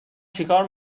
چیکار